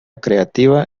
creativa